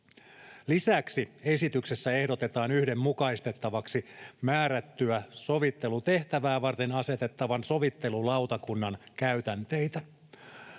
Lisäksi esityksessä ehdotetaan yhdenmukaistettavaksi määrättyä sovittelutehtävää varten asetettavan sovittelulautakunnan käytänteitä.